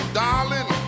darling